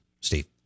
steve